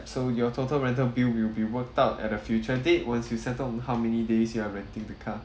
so your total rental bill will be worked out at a future date once you settle on how many days you are renting the car